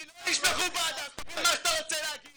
אני לא איש מכובד אז תגיד מה שאתה רוצה להגיד.